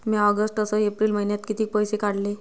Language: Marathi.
म्या ऑगस्ट अस एप्रिल मइन्यात कितीक पैसे काढले?